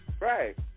Right